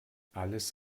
alles